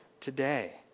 today